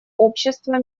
общества